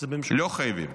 לא חייבים.